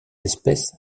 espèce